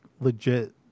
legit